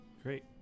great